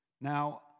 Now